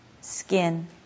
skin